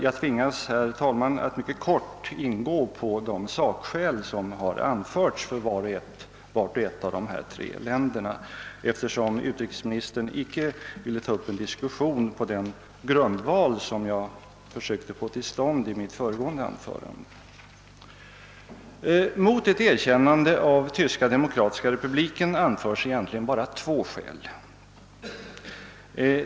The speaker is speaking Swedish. Jag tvingas därför, herr talman, att mycket kort ingå på de sakskäl som har anförts när det gäller vart och ett av dessa tre länder, eftersom utrikesministern icke ville ta upp den diskussion som jag försökte få till stånd genom mitt föregående anförande. Mot ett erkännande av Tyska demokratiska republiken anförs egentligen bara två skäl.